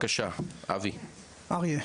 בבקשה, אריה.